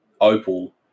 opal